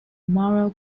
moral